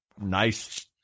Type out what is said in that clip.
nice